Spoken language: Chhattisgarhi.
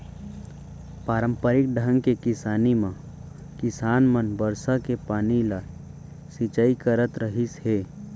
पारंपरिक ढंग के किसानी म किसान मन बरसा के पानी ले सिंचई करत रहिस हे